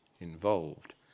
involved